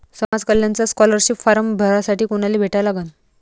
समाज कल्याणचा scholarship form भरासाठी कुनाले भेटा लागन?